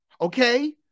Okay